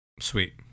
Sweet